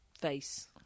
face